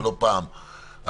ולא פעם,